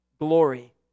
glory